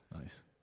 Nice